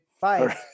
Bye